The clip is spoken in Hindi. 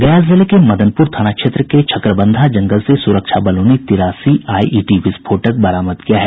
गया जिले के मदनपूर थाना क्षेत्र के छकरबंधा जंगल से सुरक्षा बलों ने तिरासी आईईडी विस्फोटक बरामद किया है